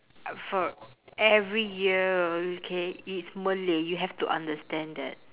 uh for every year okay it's malay you have to understand that